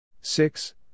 six